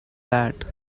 that